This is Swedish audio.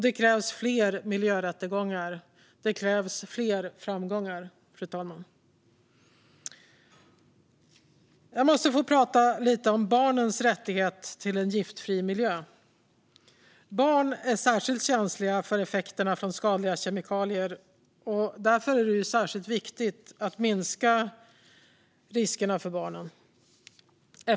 Det krävs fler miljörättegångar och fler framgångar, fru talman. Jag måste få prata lite om barnens rätt till en giftfri miljö. Barn är särskilt känsliga för effekterna från skadliga kemikalier, och därför är det särskilt viktigt att minska riskerna för barnen.